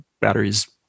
batteries